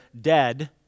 dead